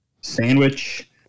sandwich